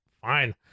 Fine